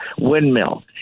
windmill